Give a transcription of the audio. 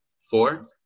four